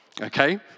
okay